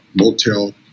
motel